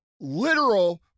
literal